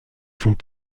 font